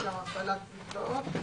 הפעלת מקוואות נשים.